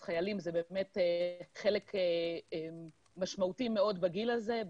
אז חיילים זה באמת חלק משמעותי מאוד בגיל הזה,